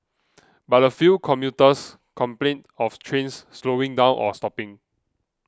but a few commuters complained of trains slowing down or stopping